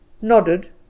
nodded